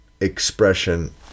expression